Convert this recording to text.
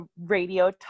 radio